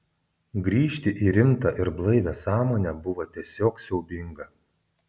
grįžti į rimtą ir blaivią sąmonę buvo tiesiog siaubinga